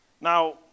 Now